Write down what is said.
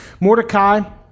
Mordecai